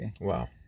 Wow